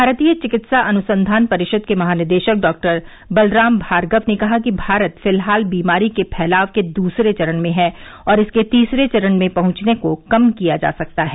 भारतीय चिकित्सा अनुसंधान परिषद के महानिदेशक डॉ बलराम भार्गव ने कहा कि भारत फिलहाल बीमारी के फैलाव के दूसरे चरण में है और इसके तीसरे चरण में पहुंचने को कम किया जा सकता है